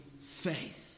faith